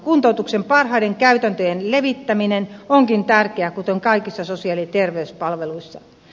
kuntoutuksen parhaiden käytäntöjen levittäminen onkin tärkeää kuten kaikissa sosiaali ja terveyspalveluissa